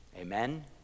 Amen